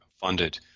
funded